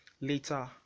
later